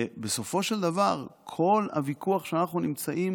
בסופו של דבר כל הוויכוח שאנחנו נמצאים